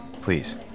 Please